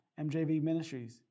mjvministries